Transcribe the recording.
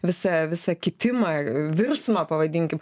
visa visą kitimą virsmą pavadinkim